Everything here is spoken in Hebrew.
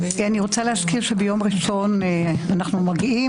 אני רוצה להזכיר שביום ראשון אנחנו מגיעים,